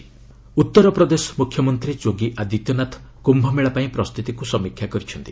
କୁମ୍ଭ UP CM Uttar Pradesh ମୁଖ୍ୟମନ୍ତ୍ରୀ ଯୋଗୀ ଆଦିତ୍ୟନାଥ କୁମ୍ଭ ମେଳା ପାଇଁ ପ୍ରସ୍ତୁତିକୁ ସମୀକ୍ଷା କରିଛନ୍ତି